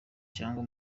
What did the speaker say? cyangwa